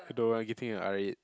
I don't want I'm getting a R-eight